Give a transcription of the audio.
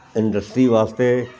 industry ਵਾਸਤੇ